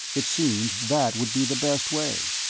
it seemed that would be the best way.